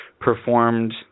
performed